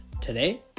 today